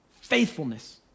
faithfulness